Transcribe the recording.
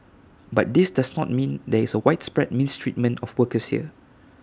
but this does not mean there is A widespread mistreatment of workers here